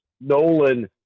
Nolan